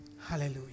Hallelujah